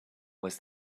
was